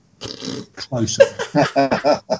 closer